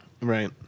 Right